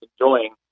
enjoying